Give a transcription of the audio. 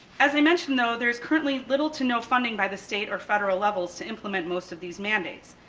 as i mentioned, though, there's currently little to no funding by the state or federal levels to implement most of these mandates.